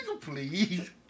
please